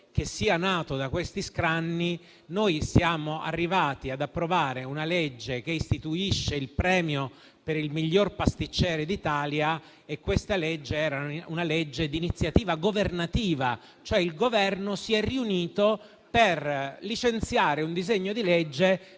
che sia nato da questi scranni. Siamo arrivati ad approvare una legge che istituisce il premio per il miglior pasticcere d'Italia, che era di iniziativa governativa: il Governo cioè si è riunito per licenziare un disegno di legge